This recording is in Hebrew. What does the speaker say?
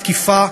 לתקיפה,